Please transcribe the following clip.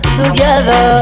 together